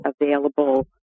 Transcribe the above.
available